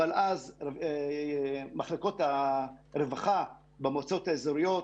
אבל אז מחלקות הרווחה במועצות האזוריות